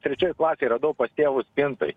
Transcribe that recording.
trečioj klasėj radau pas tėvus spintoj